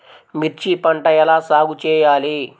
మిర్చి పంట ఎలా సాగు చేయాలి?